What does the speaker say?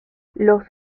los